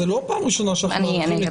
זאת לא פעם ראשונה שלך --- כן,